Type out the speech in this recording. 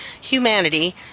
humanity